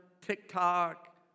TikTok